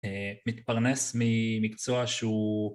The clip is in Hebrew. מתפרנס ממקצועה שהוא